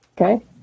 Okay